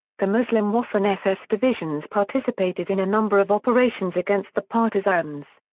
the muslim waffen ss divisions participated in a number of operations against the partisans.